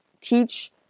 teach